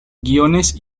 guiones